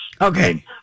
Okay